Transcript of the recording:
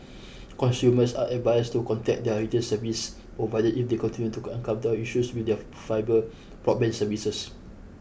consumers are advised to contact their retail service providers if they continue to encounter issues with their fibre broadband services